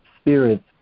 Spirit's